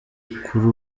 kuri